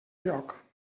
lloc